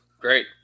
Great